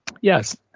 yes